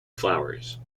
flowers